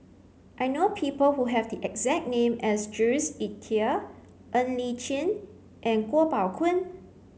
I know people who have the exact name as Jules Itier Ng Li Chin and Kuo Pao Kun